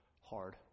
hard